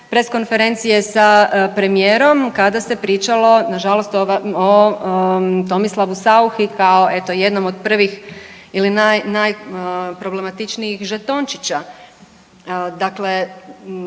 press konferencije sa premijerom kada se pričalo nažalost o Tomislavu Sauchi kao eto jednom od prvih ili naj, najproblematičnijih žetončića.